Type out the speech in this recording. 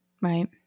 Right